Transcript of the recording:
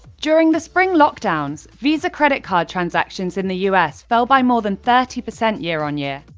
during the spring lockdowns, visa credit card transactions in the u s. fell by more than thirty percent year-on-year.